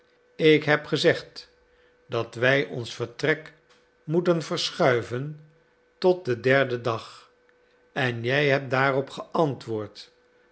ik heb gezegd dat wij ons vertrek moeten verschuiven tot den derden dag en jij hebt daarop geantwoord